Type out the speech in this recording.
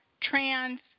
trans